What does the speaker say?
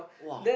!wah!